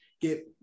get